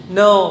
no